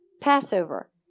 Passover